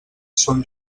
són